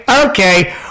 okay